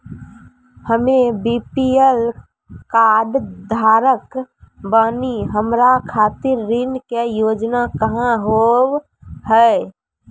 हम्मे BPL card धारक बानि हमारा खातिर ऋण के योजना का होव हेय?